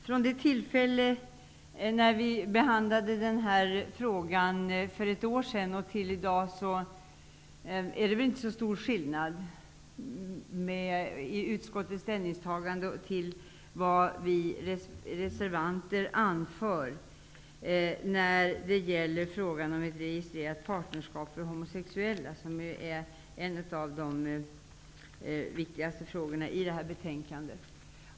Fru talman! Utskottets ställningstagande till det som vi reservanter anför skiljer sig inte så mycket i år från förra året då vi behandlade frågan om registrerat partnerskap för homosexuella, som ju är en av de viktigaste frågorna i detta betänkande.